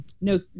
no